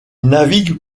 navigue